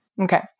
Okay